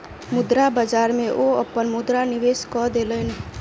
मुद्रा बाजार में ओ अपन मुद्रा निवेश कय देलैन